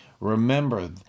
Remember